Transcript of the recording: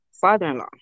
father-in-law